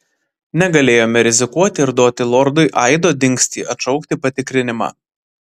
negalėjome rizikuoti ir duoti lordui aido dingstį atšaukti patikrinimą